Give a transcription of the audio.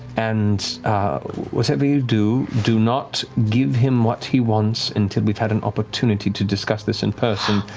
and whatever you do, do not give him what he wants until we've had an opportunity to discuss this in person.